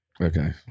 Okay